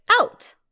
out